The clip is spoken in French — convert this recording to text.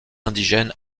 indigène